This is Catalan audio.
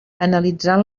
analitzant